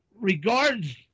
regards